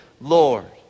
Lord